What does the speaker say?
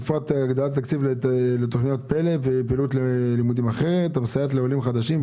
הפרטני שאנחנו מעניקים לעולים חדשים,